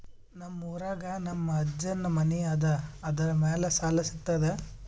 ನಮ್ ಊರಾಗ ನಮ್ ಅಜ್ಜನ್ ಮನಿ ಅದ, ಅದರ ಮ್ಯಾಲ ಸಾಲಾ ಸಿಗ್ತದ?